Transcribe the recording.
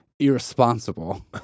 irresponsible